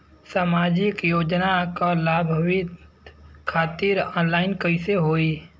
सामाजिक योजना क लाभान्वित खातिर ऑनलाइन कईसे होई?